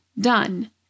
Done